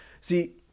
See